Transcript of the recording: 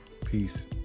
peace